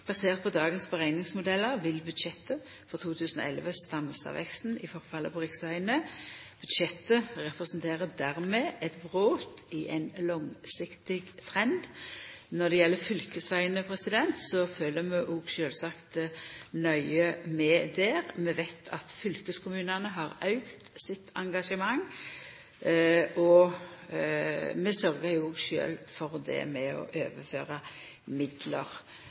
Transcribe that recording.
Basert på dagens berekningsmodellar vil budsjettet for 2011 stansa veksten i forfallet på riksvegane. Budsjettet representerer dermed eit brot i ein langsiktig trend. Når det gjeld fylkesvegane, følgjer vi sjølvsagt òg nøye med der. Vi veit at fylkeskommunane har auka sitt engasjement, og vi sørgjer sjølve for det med å overføra midlar